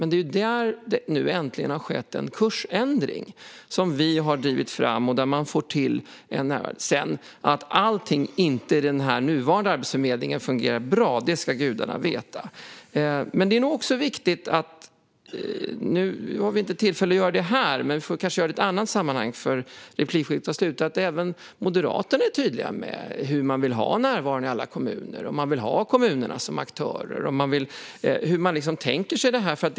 Men det är där som det äntligen har skett en kursändring, som vi har drivit fram och där man ska få till det. Att allting i den nuvarande Arbetsförmedlingen inte fungerar bra ska gudarna veta. Men det är nog viktigt att också Moderaterna är tydliga med hur de vill ha det med närvaron i alla kommuner, med om de vill ha kommunerna som aktörer och hur de tänker sig det här - nu är det inte möjligt att vara tydlig här, eftersom replikskiftet är slut.